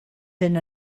been